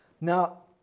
now